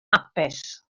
hapus